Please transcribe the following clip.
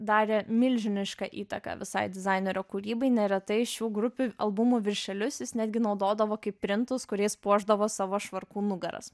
darė milžinišką įtaką visai dizainerio kūrybai neretai šių grupių albumų viršelius jis netgi naudodavo kaip printus kuriais puošdavo savo švarkų nugaras